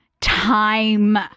time